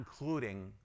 including